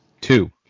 Two